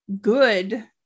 good